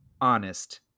honest